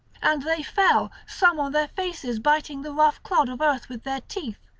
and they fell, some on their faces biting the rough clod of earth with their teeth,